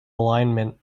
alignment